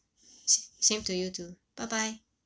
s~ same to you too bye bye